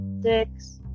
Six